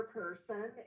person